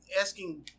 Asking